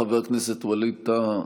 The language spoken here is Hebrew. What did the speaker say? חבר הכנסת ווליד טאהא,